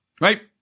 right